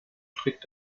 strikt